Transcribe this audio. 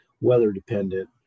weather-dependent